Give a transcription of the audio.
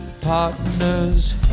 partners